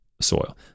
soil